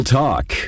talk